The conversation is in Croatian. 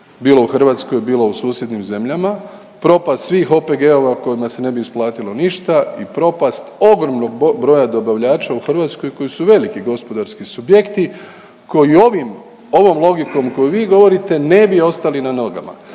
bilo u Hrvatskoj, bilo u susjednim zemljama, propast svih OPG-ova kojima se ne bi isplatilo ništa i propast ogromnog broja dobavljača u Hrvatskoj koji su veliki gospodarski subjekti koji ovim, ovom logikom koju vi govorite, ne bi ostali na nogama.